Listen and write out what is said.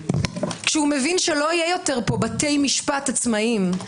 כשמבין שלא יהיו פה בתי משפט עצמאיים,